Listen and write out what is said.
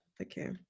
okay